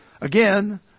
Again